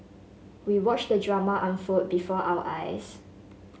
we watched the drama unfold before our eyes